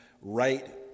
right